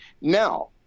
Now